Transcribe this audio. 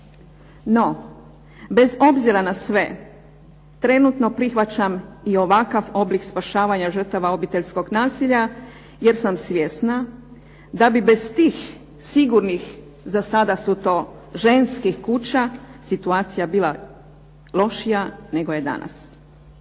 No, bez obzira na sve trenutno prihvaćam i ovakav oblik spašavanja žrtava obiteljskog nasilja, jer sam svjesna, da bi bez tih sigurnih za sada su to ženskih kuća, situacija bila lošija nego je danas.